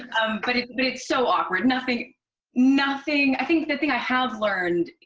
but it's but it's so awkward. nothing nothing i think the thing i have learned,